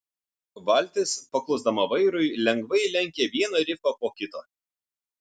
valtis paklusdama vairui lengvai lenkė vieną rifą po kito